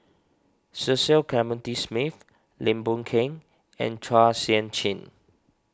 Cecil Clementi Smith Lim Boon Keng and Chua Sian Chin